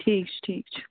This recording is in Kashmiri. ٹھیٖک چھُ ٹھیٖک چھُ